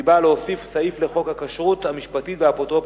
והיא באה להוסיף סעיף לחוק הכשרות המשפטית והאפוטרופסות.